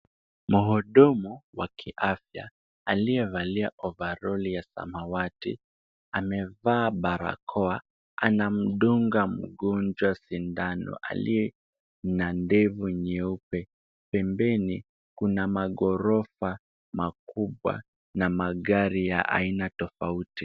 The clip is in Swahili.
Mhudumu wa kiafya aliyevalia ovaroli ya samawati amevaa barakoa anamdunga mgonjwa sindano aliye na ndevu nyeupe. Pembeni kuna maghorofa makubwa na magari ya aina tofauti.